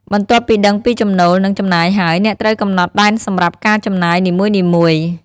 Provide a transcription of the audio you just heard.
បន្ទាប់ពីដឹងពីចំណូល និងចំណាយហើយ អ្នកត្រូវកំណត់ដែនសម្រាប់ការចំណាយនីមួយៗ។